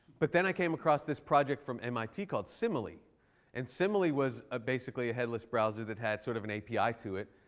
but then i came across this project from mit called simile and simile was ah basically a headless browser that had sort of an api to it.